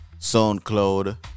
soundcloud